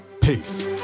Peace